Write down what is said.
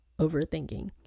overthinking